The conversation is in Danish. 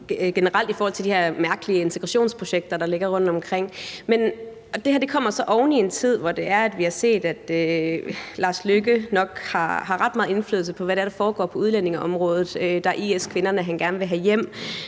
i forhold til de her mærkelige integrationsprojekter, der foregår rundtomkring. Det her kommer så i en tid, hvor vi har set, at udenrigsministeren nok har ret meget indflydelse på, hvad der foregår på udlændingeområdet – han vil gerne have